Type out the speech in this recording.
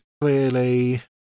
clearly